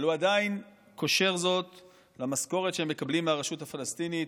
אבל הוא עדיין קושר זאת למשכורת שהם מקבלים מהרשות הפלסטינית.